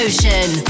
Ocean